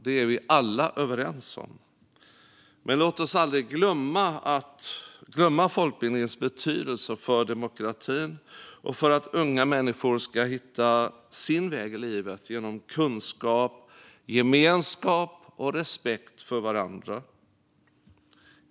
Det är vi alla överens om. Men låt oss aldrig glömma folkbildningens betydelse för demokratin och för att unga människor ska hitta sin väg i livet genom kunskap, gemenskap och respekt för varandra.